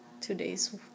today's